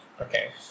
Okay